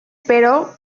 però